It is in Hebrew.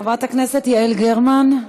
חברת הכנסת יעל גרמן,